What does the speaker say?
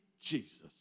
Jesus